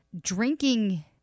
drinking